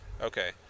Okay